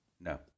No